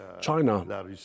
China